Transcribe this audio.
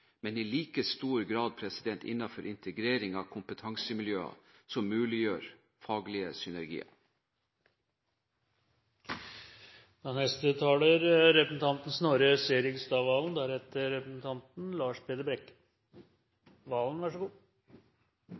men i like stor grad innenfor integrering av kompetansemiljøer som muliggjør faglige